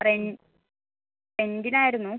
ഫ്രൻ ഫ്രണ്ടിനായിരുന്നു